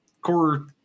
core